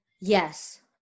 Yes